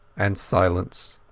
and silence.